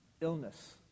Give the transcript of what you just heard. illness